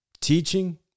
teaching